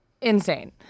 Insane